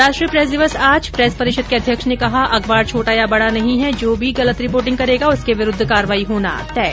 राष्ट्रीय प्रेस दिवस आज प्रेस परिषद के अध्यक्ष ने कहा अखबार छोटा या बडा नहीं है जो भी गलत रिपोर्टिंग करेगा उसके विरूद्व कार्रवाई होना तय